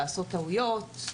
לעשות טעויות,